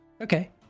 okay